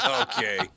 Okay